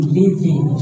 living